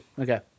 okay